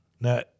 Now